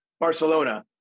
Barcelona